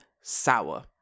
sour